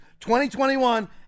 2021